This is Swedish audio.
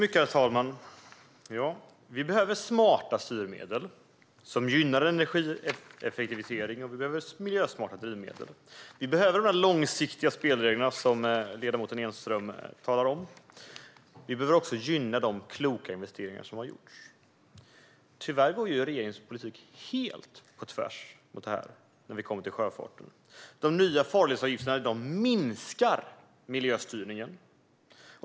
Herr talman! Vi behöver smarta styrmedel som gynnar energieffektivisering, och vi behöver miljösmarta drivmedel. Vi behöver de långsiktiga spelregler som ledamoten Engström talar om. Vi behöver också gynna de kloka investeringar som har gjorts. Men tyvärr går regeringens politik helt på tvärs mot detta när det handlar om sjöfarten. De nya farledsavgifterna minskar miljöstyrningen.